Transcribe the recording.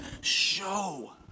show